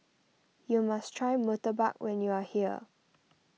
you must try Murtabak when you are here